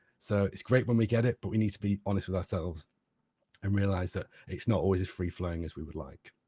so it's great when we get it, but we need to be honest with ourselves and recognise ah it's not as free-flowing as we would like.